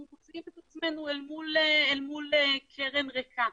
מוצאים את עצמנו אל מול קרן ריקה.